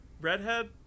redhead